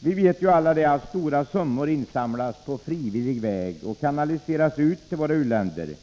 Vi vet ju alla att stora summor insamlas på frivillig väg och kanaliseras ut till u-länderna.